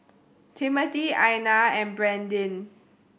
Timothy Ina and Brandyn